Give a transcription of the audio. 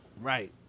right